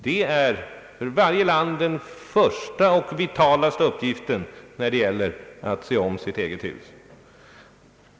Det är för varje land den första och vitalaste uppgiften, när det gäller att se om sitt eget hus.